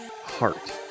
heart